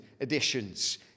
editions